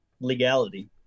Legality